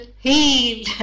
heal